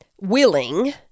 willing